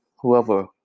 whoever